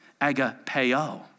agapeo